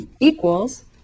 Equals